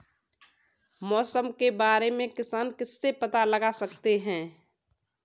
मौसम के बारे में किसान किससे पता लगा सकते हैं?